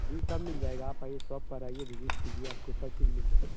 जी सब मिल जायगा आप आइए शॉप पर आइए विजिट कीजिए आपको सब चीज़ मिल जाएगी